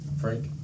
Frank